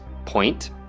point